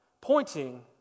pointing